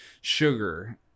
sugar